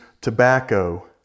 tobacco